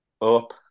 up